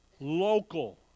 Local